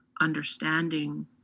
understanding